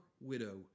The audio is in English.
widow